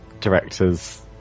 directors